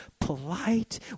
polite